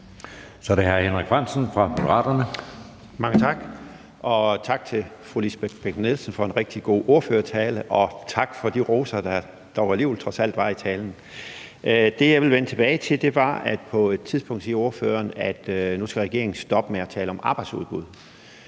Kl. 13:15 Henrik Frandsen (M): Mange tak, og tak til fru Lisbeth Bech-Nielsen for en rigtig god ordførertale, og tak for de roser, der dog alligevel trods alt var i talen. Det, jeg vil vende tilbage til, er, at ordføreren på et tidspunkt siger, at regeringen nu skal stoppe med at tale om arbejdsudbud.